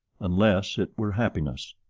unless it were happiness